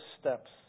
steps